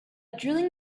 drilling